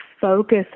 focus